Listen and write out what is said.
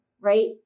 right